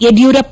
Yediyurappa